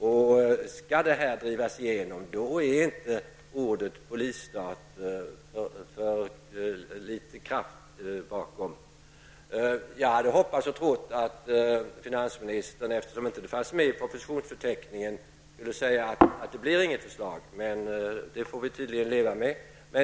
Om detta förslag drivs igenom är inte uttrycket Eftersom det inte finns med någon proposition om förmögenhetsbeskattning i propositionsförteckningen, hade jag hoppats och trott att statsrådet skulle säga att det inte blir något förslag, men ett sådant får vi tydligen leva med.